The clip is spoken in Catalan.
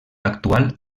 actual